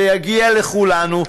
זה יגיע לכולנו,